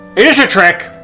is your trick?